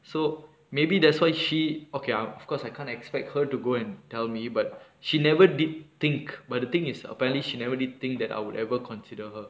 so maybe that's why she okay ah of course I can't expect her to go and tell me but she never did think but the thing is apparently she never did think that I would ever consider her